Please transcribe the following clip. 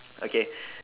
okay